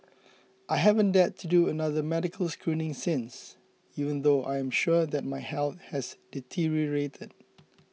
I haven't dared to do another medical screening since even though I am sure that my health has deteriorated